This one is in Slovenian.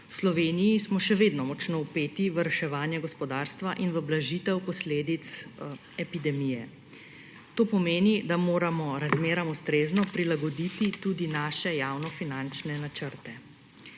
V Sloveniji smo še vedno močno vpeti v reševanje gospodarstva in v blažitev posledic epidemije. To pomeni, da moramo razmeram ustrezno prilagoditi tudi svoje javnofinančne načrte.